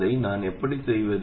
அதை நான் எப்படி செய்வது